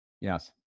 Yes